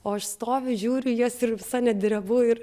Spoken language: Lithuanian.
o aš stoviu žiūriu į jas ir visa net drebu ir